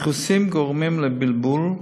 הפרכוסים גורמים לבלבול,